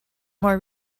more